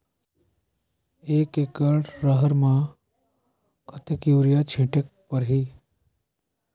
एक एकड रहर म कतेक युरिया छीटेक परही?